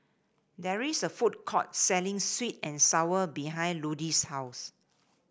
there is a food court selling sweet and sour behind Ludie's house